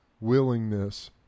willingness